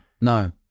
no